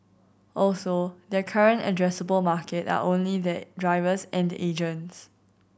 also their current addressable market are only their drivers and agents